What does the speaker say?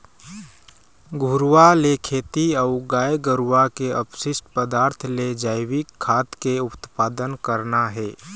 घुरूवा ले खेती अऊ गाय गरुवा के अपसिस्ट पदार्थ ले जइविक खाद के उत्पादन करना हे